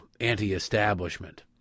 anti-establishment